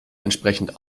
entsprechend